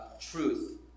truth